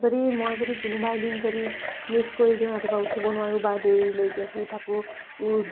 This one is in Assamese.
যদি মই যদি কোনোবা এদিন যদি মিছ কৰি দিওঁ ৰাতিপুৱা উঠিব নোৱাৰোঁ বা দেৰিলৈকে শুই থাকোঁ